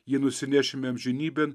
ji nusinešime amžinybėn